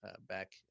back